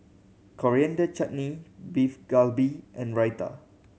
Coriander Chutney Beef Galbi and Raita